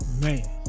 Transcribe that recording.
Man